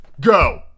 go